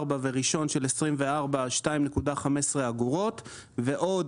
ארבע וראשון של 2024 2.15 אגורות ועוד